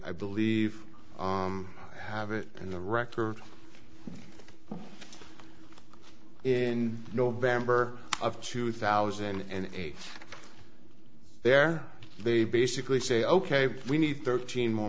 i believe have it in the record in november of two thousand and eight there they basically say ok we need thirteen more